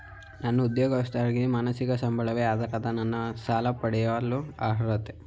ನಾನು ಉದ್ಯೋಗಸ್ಥನಾಗಿದ್ದು ಮಾಸಿಕ ಸಂಬಳವೇ ಆಧಾರ ನಾನು ಸಾಲ ಪಡೆಯಲು ಅರ್ಹನೇ?